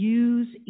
use